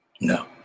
No